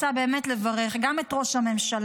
רוצה לברך גם את ראש הממשלה,